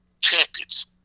champions